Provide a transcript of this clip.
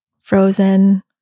frozen